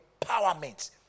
empowerment